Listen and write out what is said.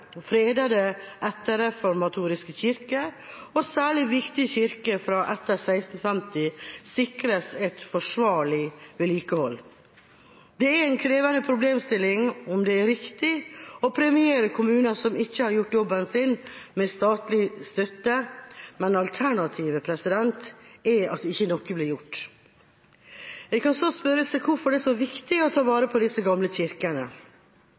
etterreformatoriske kirker og særlig viktige kirker fra etter 1650 sikres et forsvarlig vedlikehold. Det er en krevende problemstilling om det er riktig å premiere kommuner som ikke har gjort jobben sin, med statlig støtte, men alternativet er at ikke noe blir gjort. En kan så spørre seg hvorfor det er så viktig å ta vare på disse gamle kirkene.